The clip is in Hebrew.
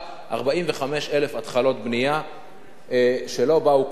45,000 התחלות בנייה שלא באו ככה,